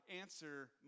answer